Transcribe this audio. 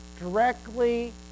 directly